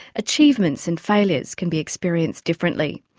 achievements and failures can be experienced differently.